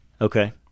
Okay